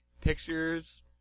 pictures